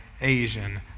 Asian